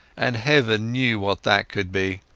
and heaven knew what that could be.